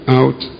out